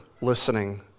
listening